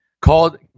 called